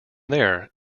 there